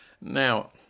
Now